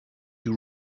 you